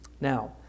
Now